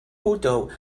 bordeaux